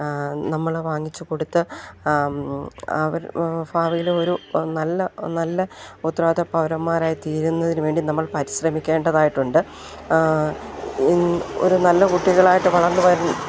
നമ്മൾ വാങ്ങിച്ചു കൊടുത്ത് അവർ ഭാവിയിൽ ഒരു നല്ല നല്ല ഉത്തരവാദ പൗരന്മാരായി തീരുന്നതിനു വേണ്ടി നമ്മൾ പരിശ്രമിക്കേണ്ടതായിട്ടുണ്ട് ഒരു നല്ല കുട്ടികളായിട്ട് വളർന്നു വരു